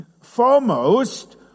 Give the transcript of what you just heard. Foremost